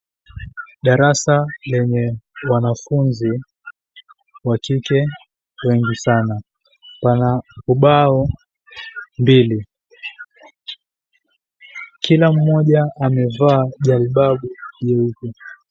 Darasa lenye wanafunzi wa kike wengi sana. Pana ubao mbili. Kila mmoja amevaa jalibabu leupe.